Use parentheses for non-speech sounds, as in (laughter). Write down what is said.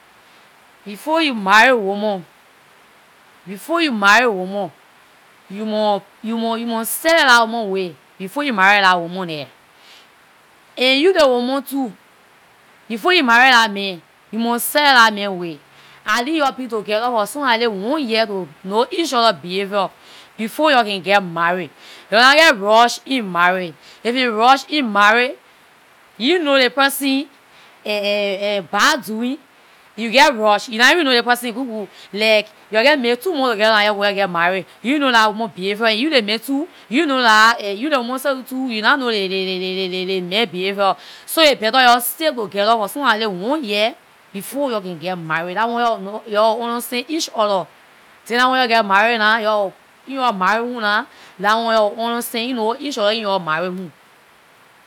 Before you marry woman- before you marry woman, you mon- you mon you mon study dah woman way before you marry dah woman there. And you ley woman too, before you marry lah man you mon study dah man way. At least yor be together for some kinda ley one year to know each other behavior before yor can get marry. Yor nah jeh rush in marriage, if you rush in marriage, you know the person- ehn ehn ehn bad doing. You jeh rush, you nah know the person good good. Like yor jeh make two months together nah yor go and get marry; you know dah woman behavior and you ley man too, you know dah (hesitation) you ley woman seh too too, you nah know ley ley ley- ley man behavior. So aay better yor stay together for some kinda ley one year, before yor can get marry. Dah one yor will know- yor will understand each other, then wen yor geh marry nah yor will- in yor marry home nah, dah one yor will understand ehn you knw each other in yor marry home.